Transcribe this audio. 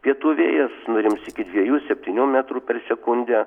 pietų vėjas nurims iki dviejų septynių metrų per sekundę